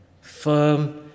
Firm